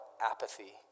apathy